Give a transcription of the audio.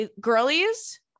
Girlies